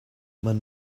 man